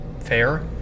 fair